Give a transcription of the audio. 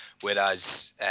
Whereas